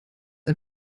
ein